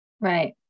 Right